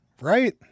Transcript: right